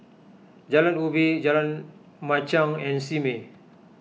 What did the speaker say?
Jalan Ubi Jalan Machang and Simei